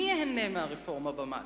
מי ייהנה מהרפורמה במס?